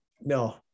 No